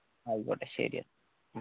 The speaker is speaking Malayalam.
ആയിക്കോട്ടെ ശരി എന്നാൽ